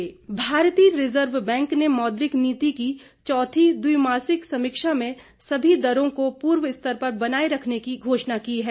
मौद्रिक नीति भारतीय रिजर्व बैंक ने मौद्रिक नीति की चौथी द्विमासिक समीक्षा में सभी दरों को पूर्व स्तर पर बनाए रखने की घोषणा की है